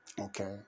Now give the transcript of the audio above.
Okay